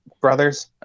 Brothers